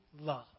love